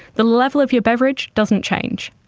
the level of your beverage doesn't change.